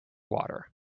water